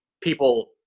people